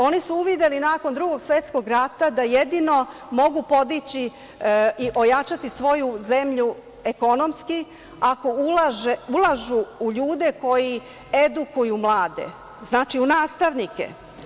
Oni su uvideli nakon Drugog svetskog rata da jedino mogu podići i ojačati svoju zemlju ekonomski ako ulažu u ljude koji edukuju mlade, znači, u nastavnike.